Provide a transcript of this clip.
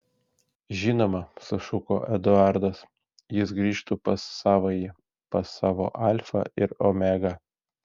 žinoma sušuko eduardas jis grįžtų pas savąjį pas savo alfą ir omegą